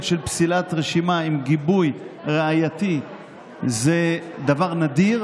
של פסילת רשימה עם גיבוי ראייתי זה דבר נדיר,